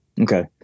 Okay